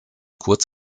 kurz